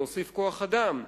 להוסיף כוח-אדם.